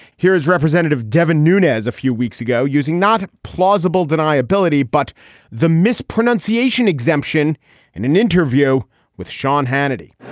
here is representative devin nunez a few weeks ago using not plausible deniability, but the mispronunciation exemption in an interview with sean hannity,